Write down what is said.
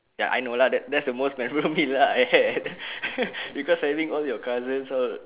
ya I know lah that that's the most memorable meal that I had because having all your cousins all